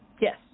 Yes